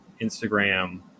Instagram